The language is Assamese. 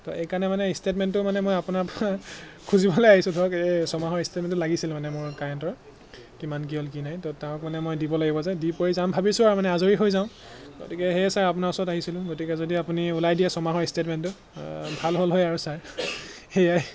তো এইকাৰণে মানে ষ্টেটমেণ্টটো মানে মই আপোনাৰ পৰা খুজিবলৈ আহিছোঁ ধৰক এই ছমাহৰ ষ্টেটমেণ্টটো লাগিছিল মানে মোৰ কাৰেণ্টৰ কিমান কি হ'ল কি নাই তো তাক মানে মই দিব লাগিব যে দি কৰি যাম ভাবিছোঁ আৰু মানে আজৰি হৈ যাওঁ গতিকে সেয়ে ছাৰ আপোনাৰ ওচৰত আহিছিলোঁ গতিকে যদি আপুনি ওলাই দিয়ে ছমাহৰ ষ্টেটমেণ্টটো ভাল হ'ল হয় আৰু ছাৰ সেয়াই